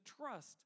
trust